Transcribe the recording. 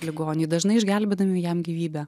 ligoniai dažnai išgelbėdami jam gyvybę